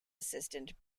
assistant